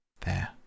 There